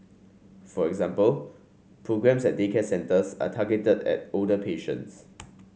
for example programmes at daycare centres are targeted at older patients